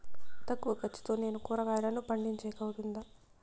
తక్కువ ఖర్చుతో నేను కూరగాయలను పండించేకి అవుతుందా?